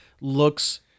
looks